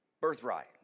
birthright